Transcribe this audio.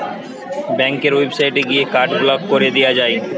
ব্যাংকের ওয়েবসাইটে গিয়ে কার্ড ব্লক কোরে দিয়া যায়